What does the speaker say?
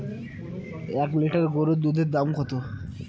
এক লিটার গরুর দুধের দাম কত?